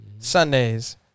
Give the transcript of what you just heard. Sunday's